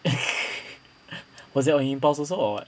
was that on impulse also or what